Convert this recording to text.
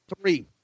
Three